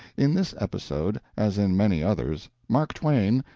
in this episode, as in many others, mark twain,